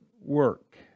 work